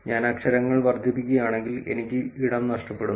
ഞാൻ അക്ഷരങ്ങൾ വർദ്ധിപ്പിക്കുകയാണെങ്കിൽ എനിക്ക് ഇടം നഷ്ടപ്പെടുന്നു